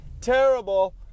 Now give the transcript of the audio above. terrible